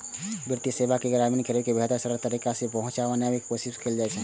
वित्तीय सेवा तक ग्रामीण गरीब के बेहतर आ सरल तरीका सं पहुंच बनाबै के कोशिश कैल जाइ छै